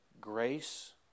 grace